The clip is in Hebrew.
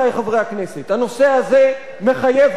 הנושא הזה מחייב חקירה פרלמנטרית.